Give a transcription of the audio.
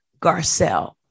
Garcelle